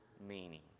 meaning